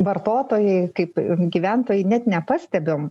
vartotojai kaip gyventojai net nepastebim